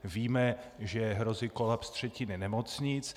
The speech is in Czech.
Víme, že hrozí kolaps třetiny nemocnic.